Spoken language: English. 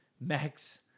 Max